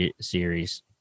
series